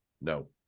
no